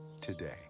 today